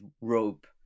rope